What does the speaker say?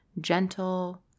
gentle